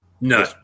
No